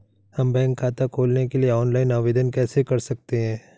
हम बैंक खाता खोलने के लिए ऑनलाइन आवेदन कैसे कर सकते हैं?